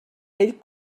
ell